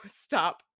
stop